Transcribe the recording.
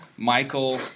Michael